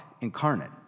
incarnate